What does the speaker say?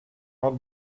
out